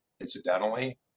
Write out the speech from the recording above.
incidentally